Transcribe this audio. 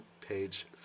page